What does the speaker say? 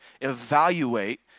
evaluate